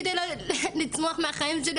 כדי לצמוח בחיים שלי,